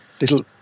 little